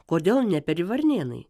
kodėl neperi varnėnai